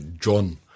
John –